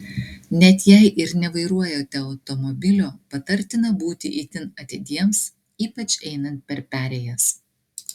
net jei ir nevairuojate automobilio patartina būti itin atidiems ypač einant per perėjas